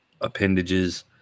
appendages